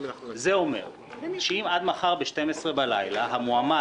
זה אומר שאם עד מחר ב-24:00 בלילה המועמד,